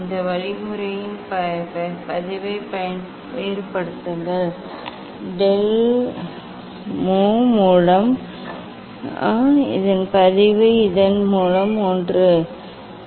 இந்த வழிமுறையின் பதிவை வேறுபடுத்துங்கள் டெல் மு மூலம் மு மற்றும் இதன் பதிவு இதன் மூலம் ஒன்று மற்றும் இந்த வேறுபாடு சரி